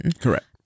Correct